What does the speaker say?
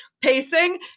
pacing